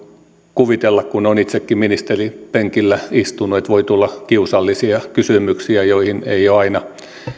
kuvitella kun olen itsekin ministerin penkillä istunut että voi tulla kiusallisia kysymyksiä joihin ei ole